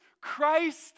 Christ